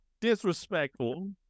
Disrespectful